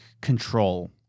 Control